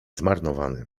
zmarnowany